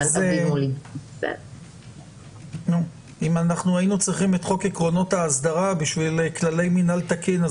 אם היינו צריכים את חוק עקרונות ההסדרה בשביל כללי מינהל תקין,